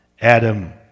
Adam